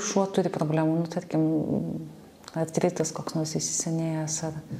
šiuo turi problemų nu tarkim artritas koks nors įsisenėjęs ar